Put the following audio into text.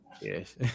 Yes